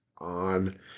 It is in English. On